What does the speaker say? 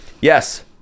Yes